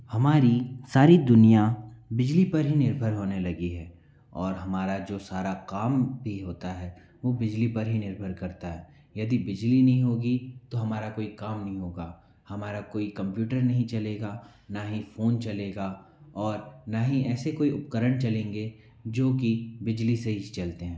हमारी सारी दुनिया बिजली पर ही निर्भर होने लगी है और हमारा जो सारा काम भी होता है वो बिजली पर ही निर्भर करता है यदि बिजली नहीं होगी तो हमारा कोई काम नहीं होगा हमारा कोई कंप्यूटर नहीं चलेगा ना ही फ़ोन चलेगा और ना ही ऐसे कोई उपकरण चलेंगे जो कि बिजली से ही चलते हैं